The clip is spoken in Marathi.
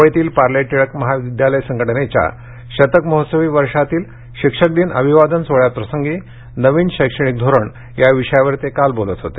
मुंबईतील पार्ले टिळक विद्यालय संघटनेच्या शतक महोत्सवी वर्षातील शिक्षक दिन अभिवादन सोहळ्या प्रसंगी नवीन शैक्षणिक धोरण या विषयावर ते काल बोलत होते